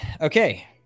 Okay